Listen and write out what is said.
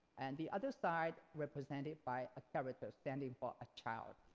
and the other side represented by a character standing for a child.